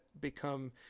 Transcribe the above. become